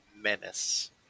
Menace